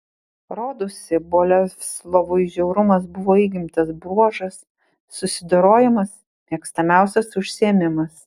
rodosi boleslovui žiaurumas buvo įgimtas bruožas susidorojimas mėgstamiausias užsiėmimas